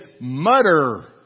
mutter